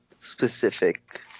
specific